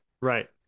Right